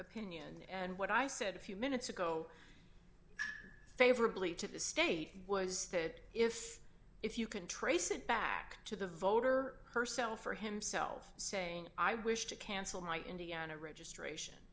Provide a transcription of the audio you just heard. opinion and what i said a few minutes ago favorably to the state was that if if you can trace it back to the voter herself or himself saying i wish to cancel my indiana registration